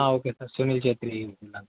okay sir Sunil Chakri విన్నాను